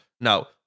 now